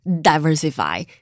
diversify